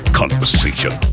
conversation